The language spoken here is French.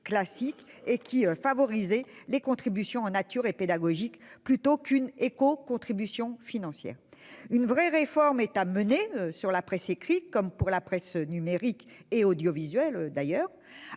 classique et qui favorisait les contributions en nature et pédagogiques plutôt qu'une écocontribution financière n'a pas été conservée. Une vraie réforme est à mener sur la presse écrite, comme sur la presse numérique et audiovisuelle d'ailleurs,